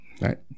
right